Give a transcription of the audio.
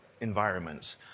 environments